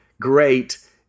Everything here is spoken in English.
great